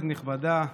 נכבדה,